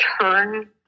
turn